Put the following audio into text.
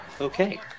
Okay